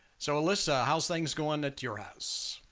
so alyssa, how's things going at your house?